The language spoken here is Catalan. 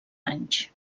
anys